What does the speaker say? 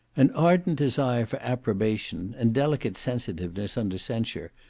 an ardent desire for approbation, and delicate sensitiveness under censure,